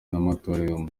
n’amatorero